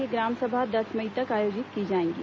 यह ग्राम सभा दस मई तक आयोजित की जाएंगी